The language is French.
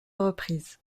reprises